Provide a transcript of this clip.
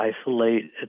isolate